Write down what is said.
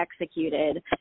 executed